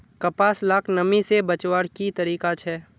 कपास लाक नमी से बचवार की तरीका छे?